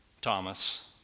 Thomas